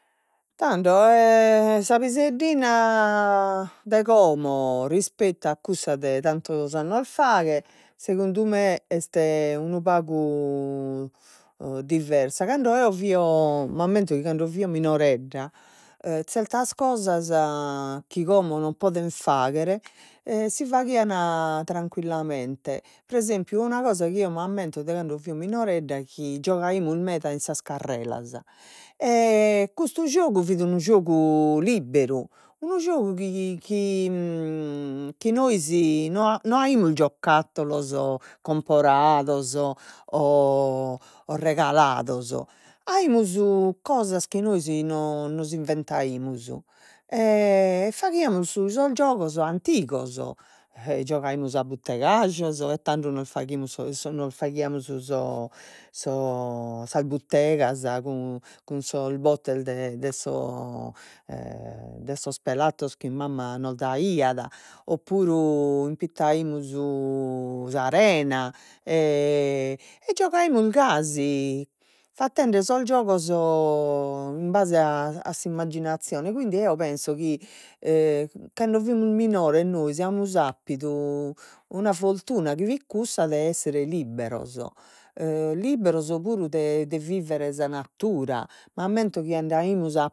Tando sa piseddina de como rispettu a cussa de tantos annos faghe segundu me est unu pagu diversa cando eo fio m'ammento chi cando fio minoredda zertas cosas chi como non poden fagher si faghian tranchigliamente pre esempiu una cosa chi eo m'ammento de cando fio minoredda chi giogaimus meda in sas carreras custu giogu fit unu giogu libberu unu giogu chi nois no a no aimus giocattulos comporados regalados aimus cosas chi nois nos inventaimus e faghiamus su sos giogos antigos e giogaimus a buttegajos e tando nos faghimus sos nos faghiamus sos sas buttegas cun sos bottes de sos pelatos chi mamma nos daiat o impittaimus sa rena e e giogaimus gasi fattende sos giogos in base a s'immagginascione quindi eo penso chi e cando fimus minores nois amus appidu una fortuna chi fit cussa de esser libberos e libberos o puru de de viver sa natura, m'ammento chi andaimus a